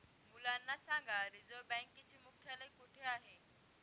मुलांना सांगा रिझर्व्ह बँकेचे मुख्यालय कुठे आहे